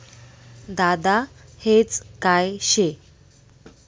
दादा हेज काय शे?